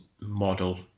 model